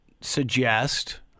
suggest